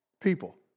people